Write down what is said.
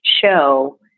show